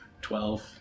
Twelve